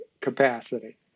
capacity